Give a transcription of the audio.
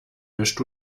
mischst